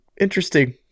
Interesting